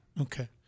Okay